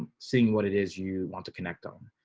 seeing what it is you want to connect on